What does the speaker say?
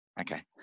Okay